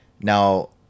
Now